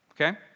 okay